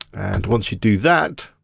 and once you do that,